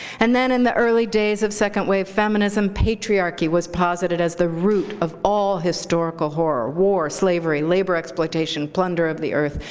and then in the early days of second wave feminism, patriarchy was posited as the root of all historical horror, war, slavery, labor exploitation, plunder of the earth,